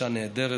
אישה נהדרת,